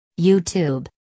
YouTube